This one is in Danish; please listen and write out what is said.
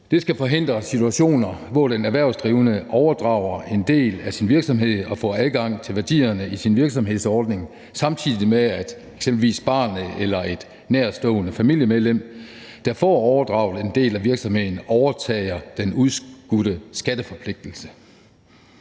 Det skal forhindre situationer, hvor den erhvervsdrivende overdrager en del af sin virksomhed og får adgang til værdierne i sin virksomhedsordning, samtidig med at eksempelvis barnet eller et nærtstående familiemedlem, der får overdraget en del af virksomheden, overtager den udskudte skatteforpligtelse.